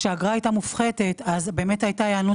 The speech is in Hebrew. כשהאגרה הייתה מופחתת, באמת הייתה היענות